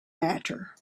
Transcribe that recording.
matter